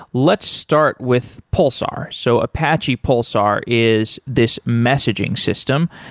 let's start with pulsar. so apache pulsar is this messaging system.